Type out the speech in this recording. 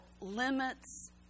limits